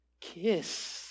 Kiss